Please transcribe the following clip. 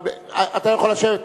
אתה יכול לשבת,